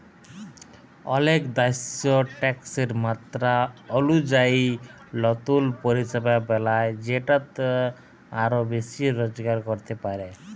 অলেক দ্যাশ ট্যাকসের মাত্রা অলুজায়ি লতুল পরিষেবা বেলায় যেটতে আরও বেশি রজগার ক্যরতে পারে